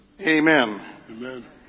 Amen